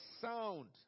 sound